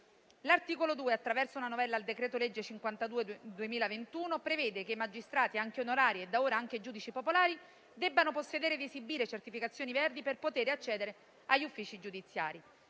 L'articolo 2, attraverso una novella al decreto-legge 22 aprile 2021, n. 52, prevede che i magistrati anche onorari - e da ora anche i giudici popolari - debbano possedere ed esibire certificazioni verdi per poter accedere agli uffici giudiziari.